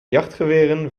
jachtgeweren